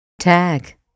Tag